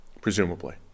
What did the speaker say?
presumably